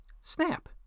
Snap